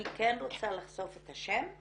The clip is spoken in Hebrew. אני כן רוצה לחשוף את השם,